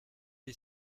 est